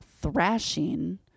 thrashing